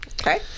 Okay